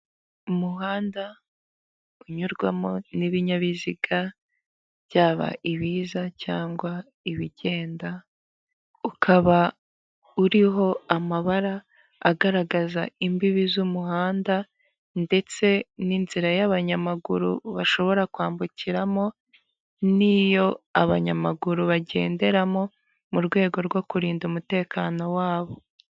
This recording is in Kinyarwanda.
Umuhanda unyurwamo n'ibinyabiziga byaba ibiza cyangwa ibigenda ukaba uriho amabara agaragaza imbibi z'umuhanda, ndetse n'inzira y'abanyamaguru bashobora kwambukiramo, niyo abanyamaguru bagenderamo mu rwego rwo kurinda umutekano wabo.